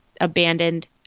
Abandoned